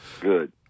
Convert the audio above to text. Good